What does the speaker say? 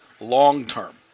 long-term